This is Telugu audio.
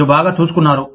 మీరు బాగా చూసుకున్నారు